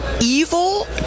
evil